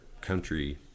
country